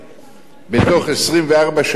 בתוך 24 שעות אז